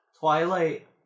Twilight